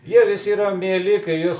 jie visi yra mieli kai juos